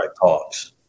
talks